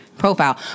profile